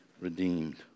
redeemed